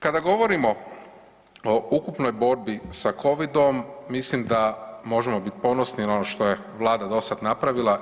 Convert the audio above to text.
Kada govorimo o ukupnoj borbi sa covidom mislim da možemo bit ponosni na ono što je vlada dosad napravila.